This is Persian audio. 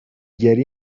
گری